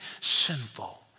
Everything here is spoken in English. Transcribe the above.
sinful